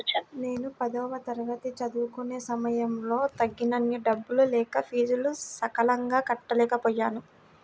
నేను పదవ తరగతి చదువుకునే సమయంలో తగినన్ని డబ్బులు లేక ఫీజులు సకాలంలో కట్టలేకపోయాను